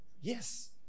Yes